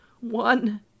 one